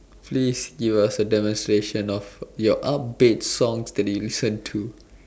please give us a demonstration of your up beat songs that you listen to